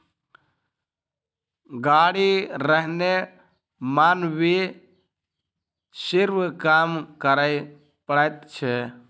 गाड़ी रहने मानवीय श्रम कम करय पड़ैत छै